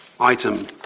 Item